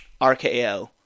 RKO